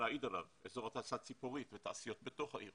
אזור התעשייה ציפורית ותעשיות בתוך העיר